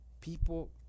People